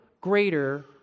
greater